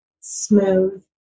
smooth